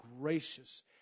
gracious